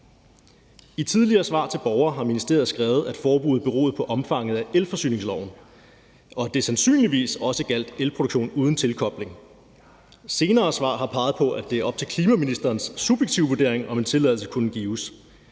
I tidligere svar til borgere har ministeriet skrevet, at forbuddet beror på omfanget af elforsyningsloven, og at det sandsynligvis også gjaldt elproduktion uden tilkobling. Senere svar har peget på, at det er op til klimaministerens subjektive vurdering, om en tilladelse kunne gives.